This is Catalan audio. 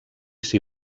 s’hi